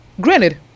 granted